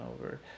over